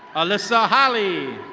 alyssa holly.